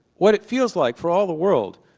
what it feels like for all the world,